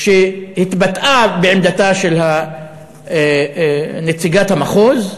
שהתבטאה בעמדתה של נציגת המחוז,